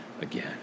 again